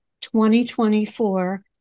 2024